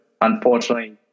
Unfortunately